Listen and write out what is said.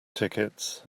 tickets